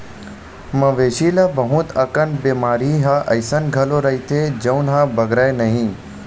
मवेशी ल बहुत अकन बेमारी ह अइसन घलो रहिथे जउन ह बगरय नहिं